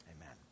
amen